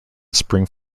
spring